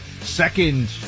second